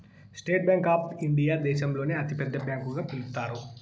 state Bank of India దేశంలోనే అతి పెద్ద బ్యాంకు గా పిలుత్తారు